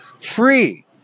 Free